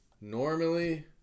normally